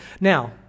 Now